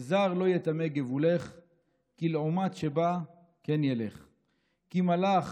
/ זר לא יטמא גבולך / כל עומת שבא כן ילך / כי מלך